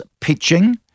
pitching